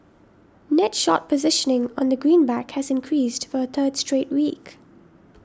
net short positioning on the greenback has increased for a third straight week